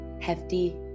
hefty